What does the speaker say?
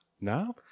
No